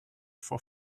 for